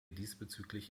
diesbezüglich